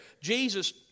Jesus